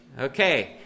Okay